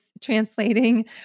translating